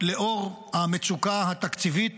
לאור המצוקה התקציבית,